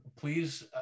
please